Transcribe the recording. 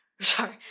Sorry